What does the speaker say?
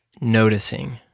noticing